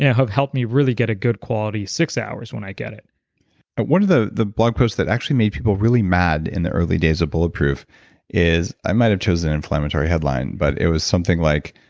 yeah have helped me really get a good quality six hours when i get it but one of the the blog posts that actually made people really mad in the early days of bulletproof is. i might have chosen an inflammatory headline but it was something like,